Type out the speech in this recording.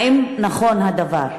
1. האם נכון הדבר?